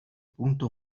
punto